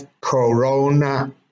Corona